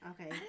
Okay